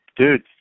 dude